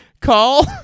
call